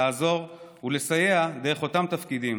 לעזור ולסייע דרך אותם תפקידים,